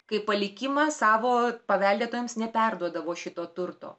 kaip palikimą savo paveldėtojams neperduodavo šito turto